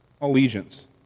allegiance